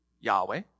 Yahweh